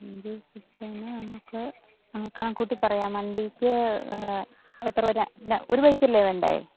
അഞ്ചുദിവസത്തേന് നമുക്ക് കണക്ക് കൂട്ടി പറയാം വണ്ടിക്ക് എത്ര ഒരു ബൈക്കല്ലേ വേണ്ടത്